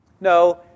No